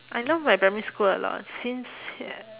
I love my primary school a lot since